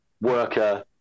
worker